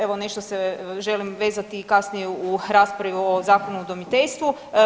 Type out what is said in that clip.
Evo nešto se želim vezati i kasnije u raspravi u Zakonu o udomiteljstvu.